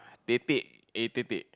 tete-a-tete